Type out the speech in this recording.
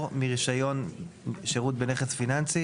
מרישיון שירות בנכס פיננסי,